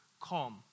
calm